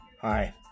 Hi